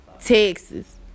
Texas